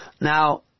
Now